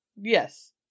Yes